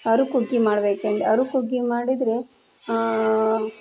ಹರುಕ್ ಹುಗ್ಗಿ ಮಾಡ್ಬೇಕಂದು ಹರುಕ್ ಹುಗ್ಗಿ ಮಾಡಿದರೆ